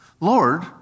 Lord